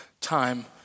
time